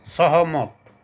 सहमत